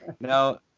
Now